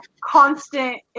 constant